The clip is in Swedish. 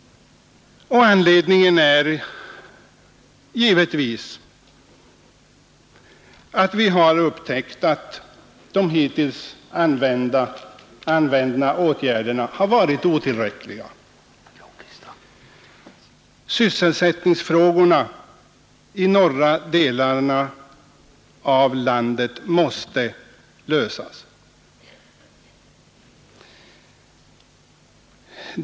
Anledningen är givetvis att vi har upptäckt att de hittills vidtagna åtgärderna har varit otillräckliga. Sysselsättningsfrågorna i norra delarna av landet måste lösas.